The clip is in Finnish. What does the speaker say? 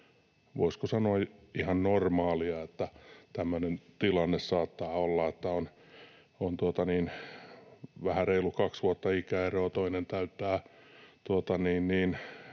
voisiko sanoa ihan normaalia, että tämmöinen tilanne saattaa olla, että on vähän reilu kaksi vuotta ikäeroa — toinen on